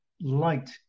light